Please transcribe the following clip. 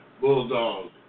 bulldog